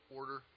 order